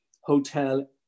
hotel